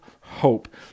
hope